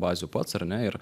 bazių pats ar ne ir